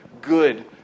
good